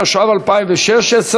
התשע"ו 2016,